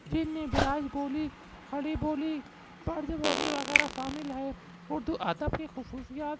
جن میں براج بولی کھڑی بولی برج بولی وغیرہ شامل ہے اردو ادب کی خصوصیات